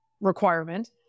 requirement